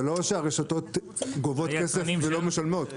זה לא שהן גובות כסף ולא משלמות.